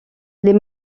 les